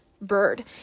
bird